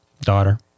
Daughter